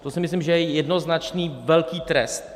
To si myslím, že je jednoznačný velký trest.